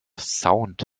sound